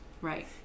Right